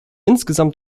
insgesamt